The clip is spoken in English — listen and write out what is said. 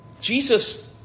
Jesus